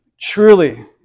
truly